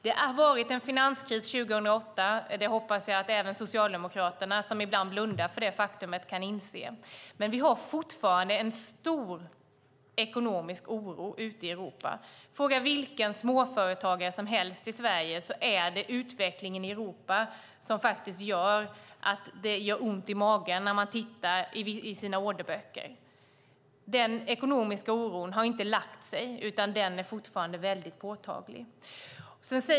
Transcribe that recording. Det var en finanskris 2008. Det hoppas jag att även Socialdemokraterna, som ibland blundar för det faktumet, kan inse. Det är fortfarande en stor ekonomisk oro ute i Europa. Fråga vilken småföretagare som helst i Sverige så får man höra att det är utvecklingen i Europa som gör att det gör ont i magen när man tittar i sina orderböcker! Den ekonomiska oron har inte lagt sig utan är fortfarande väldigt påtaglig.